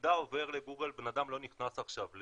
המידע עובר לגוגל או לאפל.